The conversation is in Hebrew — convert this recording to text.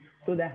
תודה.